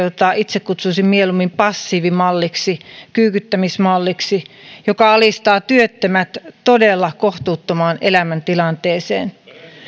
jota itse kutsuisin mieluummin passiivimalliksi kyykyttämismalliksi joka alistaa työttömät todella kohtuuttomaan elämäntilanteeseen